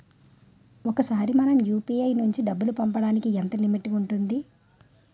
ఒకేసారి మనం యు.పి.ఐ నుంచి డబ్బు పంపడానికి ఎంత లిమిట్ ఉంటుంది?